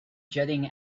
jetting